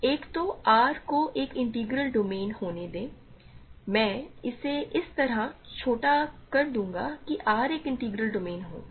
1 तो R को एक इंटीग्रल डोमेन होने दें मैं इसे इस तरह छोटा कर दूंगा कि R एक इंटीग्रल डोमेन हो